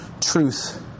truth